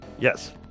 Yes